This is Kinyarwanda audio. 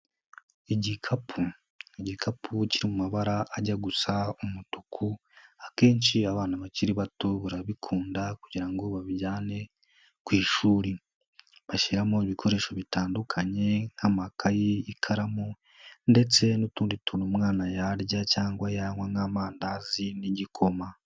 Igikapu. Igikapu kiri mu mabara ajya gusa umutuku, akenshi abana bakiri bato barabikunda kugira ngo babijyane ku ishuri. Bashyiramo ibikoresho bitandukanye nk'amakayi, ikaramu ndetse n'utundi tuntu umwana yarya cyangwa yanywa nk'amandazi n'igikoma.